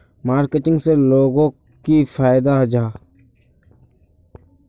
Marketing से लोगोक की फायदा जाहा?